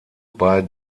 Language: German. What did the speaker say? bei